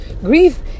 grief